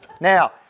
Now